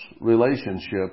relationship